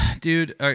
dude